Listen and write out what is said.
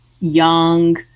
young